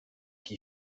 qui